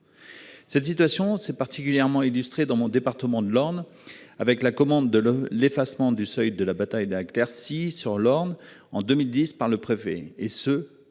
Cette situation s'est particulièrement illustré dans mon département de l'Orne, avec la commande de le l'effacement du seuil de la bataille d'exercice sur l'Orne en 2010 par le préfet et ce